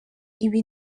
ibi